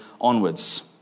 onwards